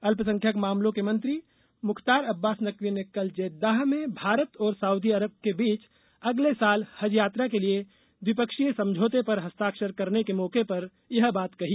अल्पसंख्यक मामलों के मंत्री मुख्तार अब्बास नकवी ने कल जेद्दाह में भारत और सऊदी अरब के बीच अगले साल हज यात्रा के लिए द्विपक्षीय समझौते पर हस्ताक्षर करने के मौके पर यह बात कही